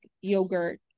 yogurt